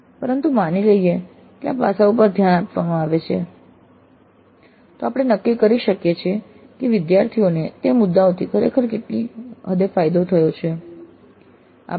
પરંતુ માની લઈએ કે આ પાસાઓ પર ધ્યાન આપવામાં આવે તો આપણે નક્કી કરી શકીએ છીએ કે વિદ્યાર્થીઓને તે મુદ્દાઓથી ખરેખર કેટલી હદે ફાયદો થયો છે